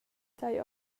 tei